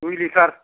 दुइ लिटार